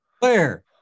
Claire